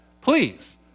Please